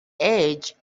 age